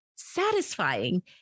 satisfying